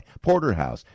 porterhouse